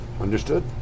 Understood